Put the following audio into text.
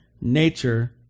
nature